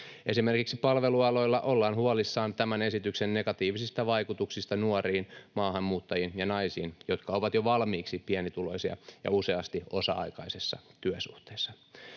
Esimerkiksi palvelualoilla ollaan huolissaan tämän esityksen negatiivisista vaikutuksista nuoriin maahanmuuttajiin ja naisiin, jotka ovat jo valmiiksi pienituloisia ja useasti osa-aikaisessa työsuhteessa.